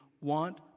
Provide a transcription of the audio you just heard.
want